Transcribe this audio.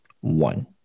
One